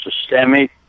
systemic